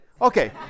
Okay